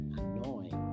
annoying